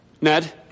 Ned